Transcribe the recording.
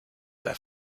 their